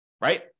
right